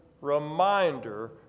reminder